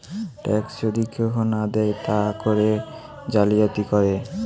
tax যদি কেহু না দেয় তা করে জালিয়াতি করে